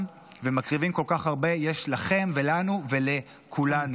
ומקריבים כל כך הרבה יש לכם ולנו ולכולנו.